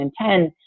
2010